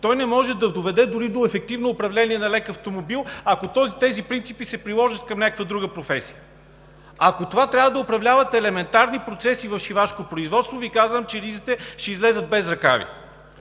той не може да доведе дори до ефективно управление на лек автомобил, ако тези принципи се приложат към някаква друга професия. Ако с това трябва да се управляват елементарни процеси в шивашко производство, Ви казвам, че ризите ще излязат без ръкави.